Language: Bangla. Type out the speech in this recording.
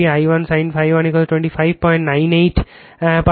I1 sin ∅ 1 2598 পাবে